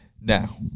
Now